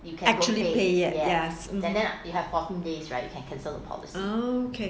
actually pay yet ya mmhmm okay